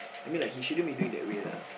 I mean like he shouldn't be doing that way lah